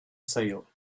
sale